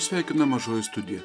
sveikina mažoji studija